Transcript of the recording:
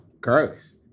gross